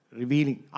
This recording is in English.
revealing